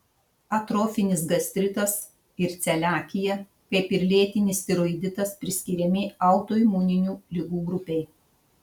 atrofinis gastritas ir celiakija kaip ir lėtinis tiroiditas priskiriami autoimuninių ligų grupei